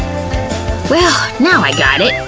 well now i got it.